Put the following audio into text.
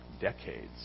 decades